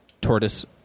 tortoise